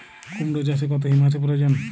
কুড়মো চাষে কত হিউমাসের প্রয়োজন?